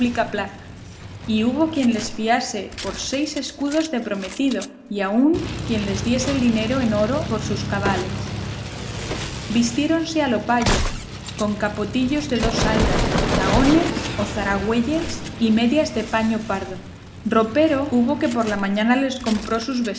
plaza y hubo quien les fiase por seis escudos de prometido y aun quien les diese el dinero en oro por sus cabales vistiéronse a lo payo con capotillos de dos haldas zahones o zaragüelles y medias de paño pardo ropero hubo que por la mañana les compró sus